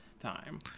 time